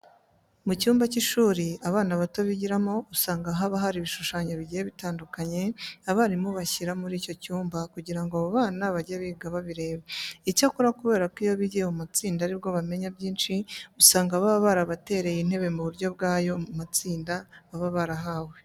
Mu cyumba cy'ishuri abana bato bigiramo usanga haba hari ibishushanyo bigiye bitandukanye abarimu bashyira muri icyo cyumba kugira ngo abo bana bajye biga babireba. Icyakora kubera ko iyo bigiye mu matsinda ari bwo bamenya byinshi, usanga baba barabatereye intebe mu buryo bw'ayo matsinda baba barahawe.